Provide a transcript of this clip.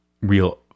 real